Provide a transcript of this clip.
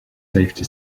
safety